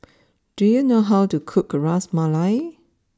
do you know how to cook Ras Malai